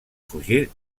fugir